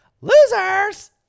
Losers